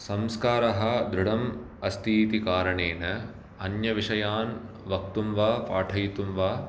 संस्कारः दृढम् अस्ति इति कारणेन अन्यविषयान् वक्तुं वा पाठयितुं वा